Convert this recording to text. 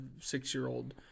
six-year-old